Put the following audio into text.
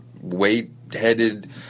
weight-headed